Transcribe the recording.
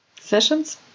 Sessions